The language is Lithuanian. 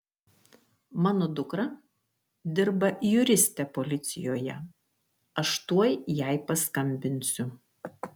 mano dukra dirba juriste policijoje aš tuoj jai paskambinsiu